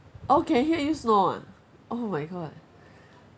orh can hear you snore ah oh my god